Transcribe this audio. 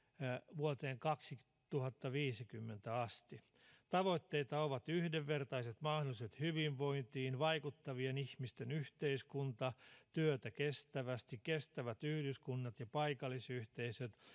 vuoteen kaksituhattaviisikymmentä asti tavoitteita ovat yhdenvertaiset mahdollisuudet hyvinvointiin vaikuttavien ihmisten yhteiskunta työtä kestävästi kestävät yhdyskunnat ja paikallisyhteisöt